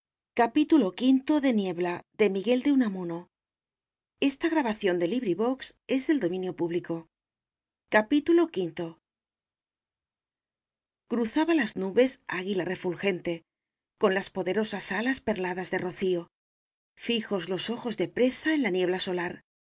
cruzaba las nubes águila refulgente con las poderosas alas perladas de rocío fijos los ojos de presa en la niebla solar